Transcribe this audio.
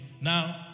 now